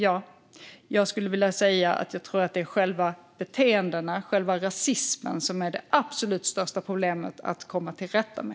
Ja, jag skulle vilja säga att jag tror att det är själva beteendena, själva rasismen, som är det absolut största problemet att komma till rätta med.